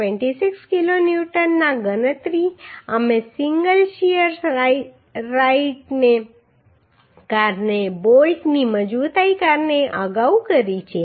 26 kilo ન્યૂટનની ગણતરી અમે સિંગલ શીયર રાઈટને કારણે બોલ્ટની મજબૂતાઈને કારણે અગાઉ કરી છે